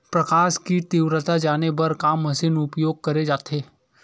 प्रकाश कि तीव्रता जाने बर का मशीन उपयोग करे जाथे?